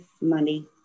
money